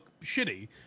shitty